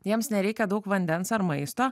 jiems nereikia daug vandens ar maisto